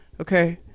okay